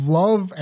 love